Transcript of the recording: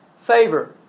Favor